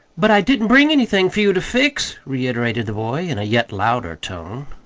but i didn't bring anything for you to fix, reiterated the boy, in a yet louder tone.